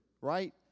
right